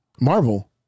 Marvel